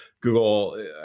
Google